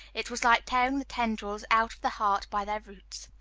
it was like tearing the tendrils out of the heart by their roots.